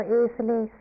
easily